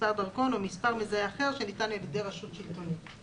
מספר דרכון או מספר מזהה אחר שניתן על ידי רשות שלטונית".